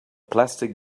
plastic